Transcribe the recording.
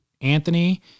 Anthony